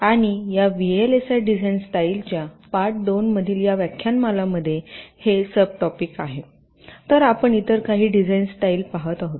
आणि या VLSI design स्टाईलच्या पार्ट दोनमधील या व्याख्यानमालामध्ये हे सबटोपिक आहे तर आपण इतर काही डिझाईन्स स्टाईल पहात आहोत